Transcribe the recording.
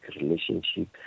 relationship